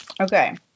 Okay